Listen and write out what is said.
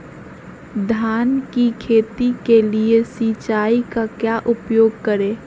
धान की खेती के लिए सिंचाई का क्या उपयोग करें?